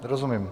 Rozumím.